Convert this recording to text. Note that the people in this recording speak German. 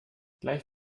gleich